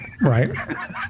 Right